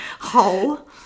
hole